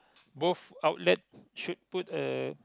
both outlet should put a